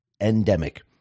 endemic